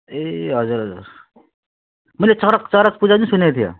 ए हजुर हजुर मैले चरक चरक पूजा चाहिँ सुनेको थियो